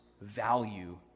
value